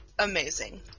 Amazing